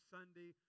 Sunday